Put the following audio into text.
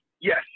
Yes